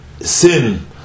sin